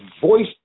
voice